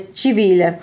civile